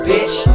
Bitch